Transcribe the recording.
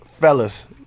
fellas